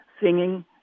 singing